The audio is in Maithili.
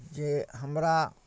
जे हमरा